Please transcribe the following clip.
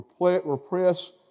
repress